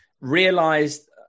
realized